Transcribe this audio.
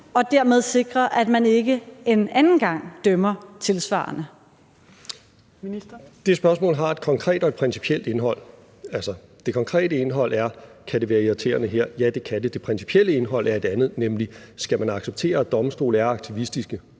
Kl. 14:47 Justitsministeren (Nick Hækkerup): Det spørgsmål har et konkret og et principielt indhold. Det konkrete indhold er: Kan det være irriterende her? Ja, det kan det. Det principielle indhold er et andet, nemlig: Skal man acceptere, at domstole er aktivistiske?